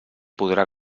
podrà